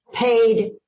paid